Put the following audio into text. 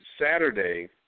Saturday